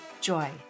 joy